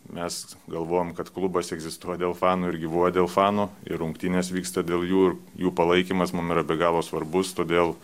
mes galvojom kad klubas egzistuoja dėl fanų ir gyvuoja dėl fanų ir rungtynės vyksta dėl jų jų palaikymas mums yra be galo svarbus todėl